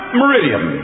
meridian